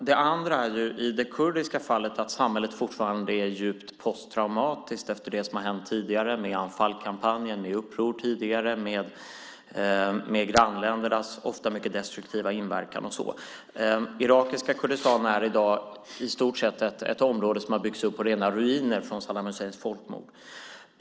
Det andra är i det kurdiska fallet att samhället fortfarande är djupt posttraumatiskt efter det som har hänt tidigare med Anfalkampanjen, med uppror tidigare, med grannländernas ofta mycket destruktiva inverkan och så vidare. Irakiska Kurdistan är i dag i stort sett ett område som har byggts upp på rena ruiner från Saddam Husseins folkmord.